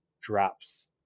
drops